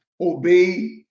obey